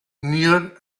near